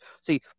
see